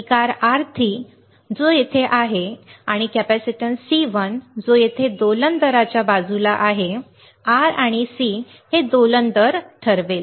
प्रतिकार R3 जो येथे आहे आणि कॅपेसिटन्स C1 जो येथे दोलन दराच्या बाजूला आहे R आणि C हे दोलन दर ठरवेल